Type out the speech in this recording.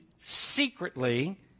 secretly